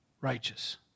righteous